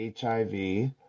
HIV